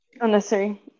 Unnecessary